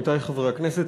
עמיתי חברי הכנסת,